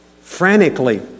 frantically